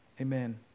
amen